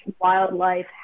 wildlife